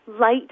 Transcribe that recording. light